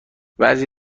بعضی